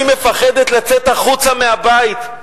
אני מפחדת לצאת החוצה מהבית.